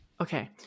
okay